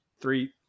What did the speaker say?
three